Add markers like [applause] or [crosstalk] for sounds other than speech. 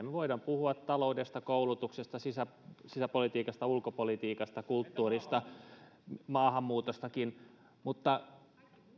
[unintelligible] me voimme puhua taloudesta koulutuksesta sisäpolitiikasta ulkopolitiikasta kulttuurista maahanmuutostakin mutta